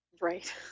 right